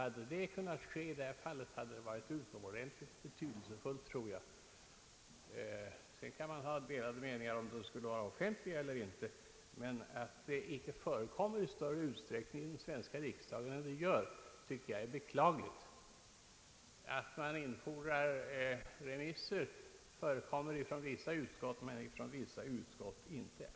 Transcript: Hade det kunnat ske i detta fall, tror jag att det hade varit utomordentligt betydelsefullt. Sedan kan man ha delade meningar i frågan om dessa hearings skall vara offentliga eller inte. Att de inte förekommer i större utsträckning i den svenska riksdagen än som sker tycker jag är beklagligt. Vissa utskott infordrar remissyttranden, men vissa utskott gör det inte.